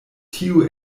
tio